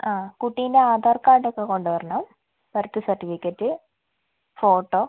ആ കുട്ടീന്റെ ആധാർ കാർഡ് ഒക്കെ കൊണ്ടുവരണം ബർത്ത് സർട്ടിഫിക്കറ്റ് ഫോട്ടോ